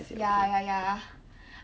ya ya ya